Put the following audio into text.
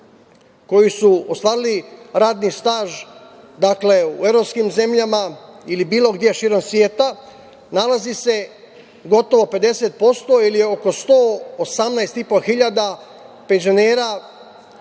koji su ostvarili radni staž u evropskim zemljama ili bilo gde širom sveta nalazi gotovo 50% ili oko 118.500 penzionera